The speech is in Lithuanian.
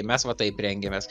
mes va taip rengiamės